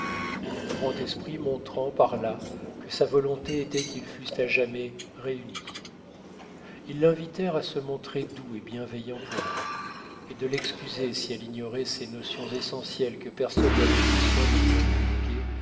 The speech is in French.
le grand esprit montrant par là que sa volonté était qu'ils fussent à jamais réunis ils l'invitèrent à se montrer doux et bienveillant pour elle et de l'excuser si elle ignorait ces notions essentielles que personne n'avait pris soin de lui inculquer